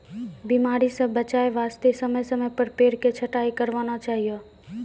बीमारी स बचाय वास्तॅ समय समय पर पेड़ के छंटाई करवाना चाहियो